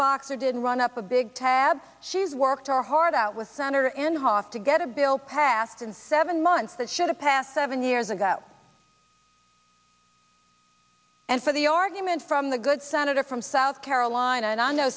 boxer didn't run up a big tab she's worked our heart out with senator inhofe to get a bill passed in seven months that should have passed seven years ago and for the argument from the good senator from south carolina i know